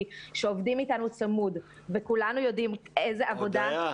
שעובדים איתנו צמוד וכולנו יודעים איזה עבודת קודש -- הודיה,